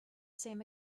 same